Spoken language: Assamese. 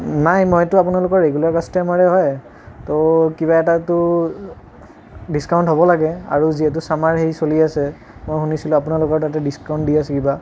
নাই মইতো আপোনালোকৰ ৰেগুলাৰ কাষ্টমাৰে হয় ত' কিবা এটাতো ডিস্কাউণ্ট হ'ব লাগে আৰু যিহেতু চামাৰ হেৰি চলি আছে মই শুনিছিলোঁ আপোনালোকৰ তাতে ডিস্কাউণ্ট দি আছে কিবা